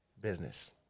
business